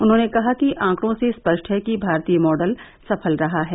उन्होंने कहा कि आंकड़ों से स्पष्ट है कि भारतीय मॉडल सफल रहा है